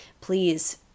please